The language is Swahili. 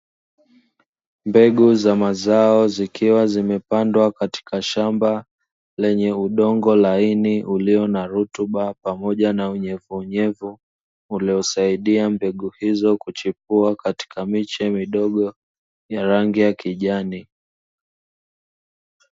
Mbegu za mazao zikiwa zimepandwa katika shamba lenye udongo laini ulio na rutuba pamoja na unyevunyevu, uliosaidia mbegu hizo kuchipua katika miche midogo ya rangi ya kijani.